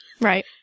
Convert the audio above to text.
Right